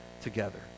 together